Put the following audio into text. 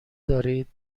دارید